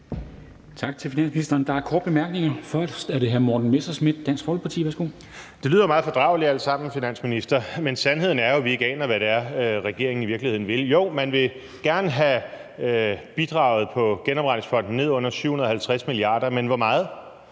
Tak til finansministeren. Der er korte bemærkninger. Først er det hr. Morten Messerschmidt, Dansk Folkeparti. Værsgo. Kl. 13:11 Morten Messerschmidt (DF): Det lyder meget fordrageligt alt sammen, vil jeg sige til finansministeren, men sandheden er jo, at vi ikke aner, hvad det er, regeringen i virkeligheden vil. Jo, man vil gerne have bidraget på genopretningsfonden ned under 750 milliarder – men hvor meget?